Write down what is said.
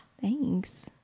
Thanks